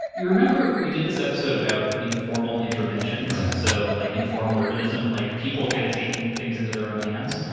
you remember we did this episode about informal interventions? so like informal urbanism, like people kind of taking things into their own hands.